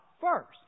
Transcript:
first